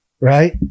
right